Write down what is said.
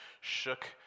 shook